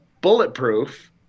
bulletproof